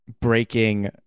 breaking